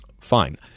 Fine